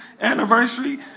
anniversary